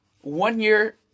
one-year